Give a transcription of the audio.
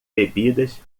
bebidas